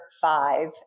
five